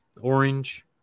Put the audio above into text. orange